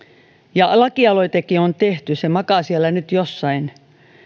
ja lakialoitekin on tehty se makaa nyt siellä jossain